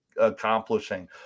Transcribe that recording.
accomplishing